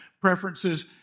preferences